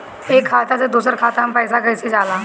एक खाता से दूसर खाता मे पैसा कईसे जाला?